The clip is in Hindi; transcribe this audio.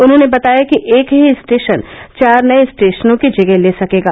उन्होंने बताया कि एक ही स्टेशन चार नये स्टेशनों की जगह ले सकेगा